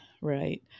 right